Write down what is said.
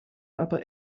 aber